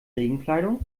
regenkleidung